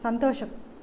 సంతోషం